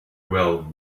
well